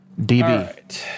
DB